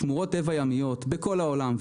שמורות טבע ימיות בכל העולם,